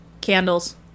candles